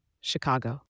Chicago